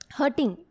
hurting